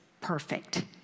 perfect